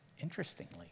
interestingly